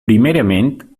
primerament